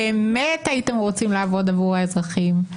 באמת הייתם רוצים לעבוד עבור האזרחים,